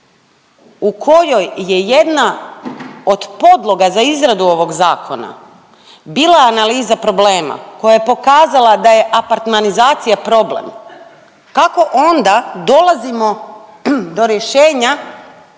u kojoj je jedna od podloga za izradu ovog zakona bila analiza problema koja je pokazala da je apartmanizacija problem kako onda dolazimo do rješenja